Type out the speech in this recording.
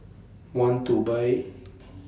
want to Buy